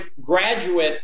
graduate